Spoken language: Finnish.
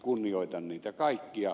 kunnioitan niitä kaikkia